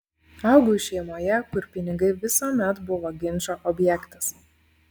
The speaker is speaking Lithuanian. augau šeimoje kur pinigai visuomet buvo ginčo objektas